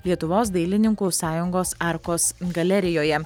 lietuvos dailininkų sąjungos arkos galerijoje